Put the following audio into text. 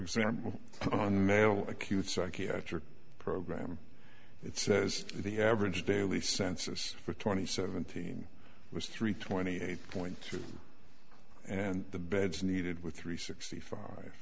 example on male acute psychiatric program it says the average daily census for twenty seventeen was three twenty eight point three and the beds needed with three sixty five